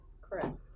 Correct